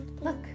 look